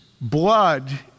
blood